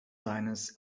seines